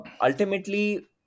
ultimately